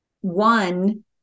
one